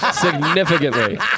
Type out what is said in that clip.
Significantly